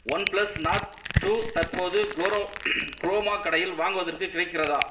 one plus Nord two தற்போது க்ளோரோ Croma கடையில் வாங்குவதற்கு கிடைக்கிறதா